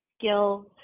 skills